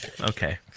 okay